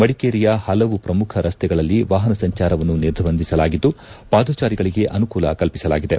ಮಡಿಕೇರಿಯ ಪಲವು ಪ್ರಮುಖ ರಸ್ತೆಗಳಲ್ಲಿ ವಾಪನ ಸಂಚಾರವನ್ನು ನಿರ್ಬಂಧಿಸಲಾಗಿದ್ದು ಪಾದಜಾರಿಗಳಿಗೆ ಅನುಕೂಲ ಕಲ್ಪಿಸಲಾಗಿದೆ